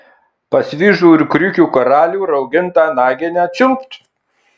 pas vyžų ir kriukių karalių raugintą naginę čiulpt